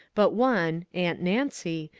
but one, aunt nancy,